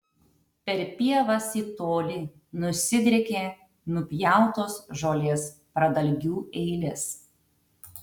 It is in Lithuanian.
per pievas į tolį nusidriekė nupjautos žolės pradalgių eilės